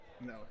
No